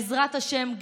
בעזרת השם,